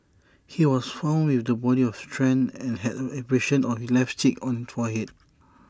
he was found with the body of Tran and had abrasions on his left cheek on forehead